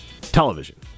Television